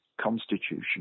constitution